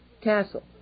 castle